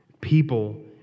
People